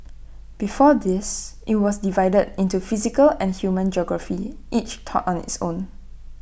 before this IT was divided into physical and human geography each taught on its own